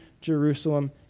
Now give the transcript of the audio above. Jerusalem